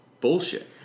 bullshit